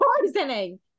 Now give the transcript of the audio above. poisoning